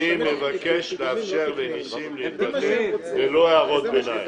מבקש לאפשר לישראל ניסים להתבטא ללא הערות ביניים,